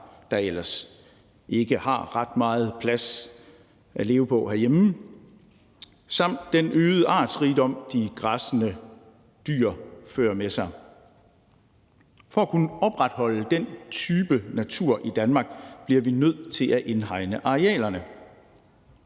der ellers ikke har ret meget plads at leve på herhjemme, samt den øgede artsrigdom, de græssende dyr fører med sig. For at kunne opretholde den type natur i Danmark bliver vi nødt til at indhegne arealerne.